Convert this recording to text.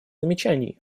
замечаний